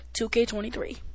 2K23